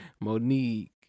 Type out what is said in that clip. Monique